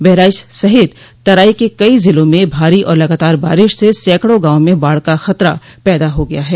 बहराइच सहित तराई के कई ज़िलों में भारी और लगातार बारिश से सैकड़ों गांवों में बाढ़ का खतरा पैदा हो गया है